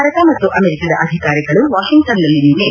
ಭಾರತ ಮತ್ತು ಅಮೆರಿಕದ ಅಧಿಕಾರಿಗಳು ವಾಷಿಂಗ್ಟನ್ನಲ್ಲಿ ನಿನ್ನೆ